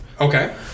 Okay